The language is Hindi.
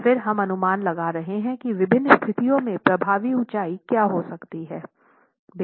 और फिर हम अनुमान लगा रहे हैं कि विभिन्न स्थितियों में प्रभावी ऊंचाई क्या हो सकती है